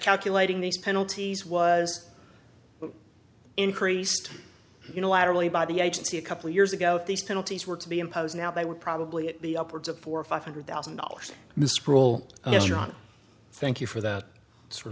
calculating these penalties was increased unilaterally by the agency a couple of years ago if these penalties were to be imposed now they would probably be upwards of four or five hundred thousand dollars misrule john thank you for that sort